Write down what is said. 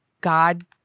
God